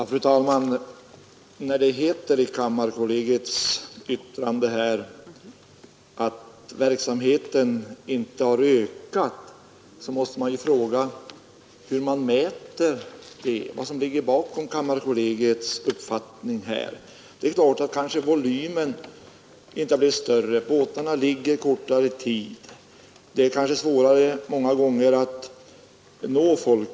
Fru talman! När det i kammarkollegiets yttrande heter att verksamheten inte har ökat, så måste man fråga sig, hur man har mätt det, alltså vad som ligger bakom kammarkollegiets uppfattning på denna punkt. Det är klart att volymen inte har blivit större. Båtarna ligger kortare tid, det är kanske många gånger svårare nu att nå folk.